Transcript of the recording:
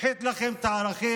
השחית לכם את הערכים,